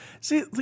See